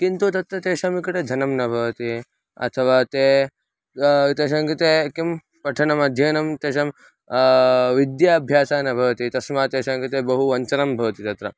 किन्तु तत्र तेषां निकटे धनं न भवति अथवा ते तेषां कृते किं पठनमध्ययनं तेषां विद्याभ्यासः न भवति तस्मात् तेषां कृते बहु वञ्चनं भवति तत्र